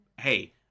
hey